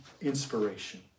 inspiration